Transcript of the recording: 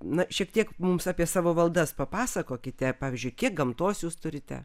na šiek tiek mums apie savo valdas papasakokite pavyzdžiui kiek gamtos jūs turite